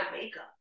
makeup